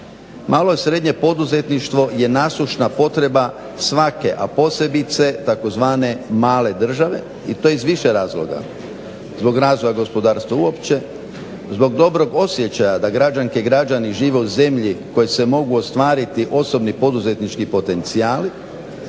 Malo i srednje poduzetništvo je nasušna potreba svake a posebice tzv. male države i to iz više razloga. Zbog razvoja gospodarstva uopće, zbog dobrog osjećaja da građanke i građani žive u zemlji u kojoj se mogu ostvariti osobni poduzetnički potencijali,